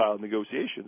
negotiations